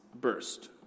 burst